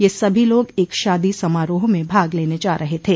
यह सभी लोग एक शादी समारोह में भाग लेने जा रहे थे